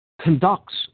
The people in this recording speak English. conducts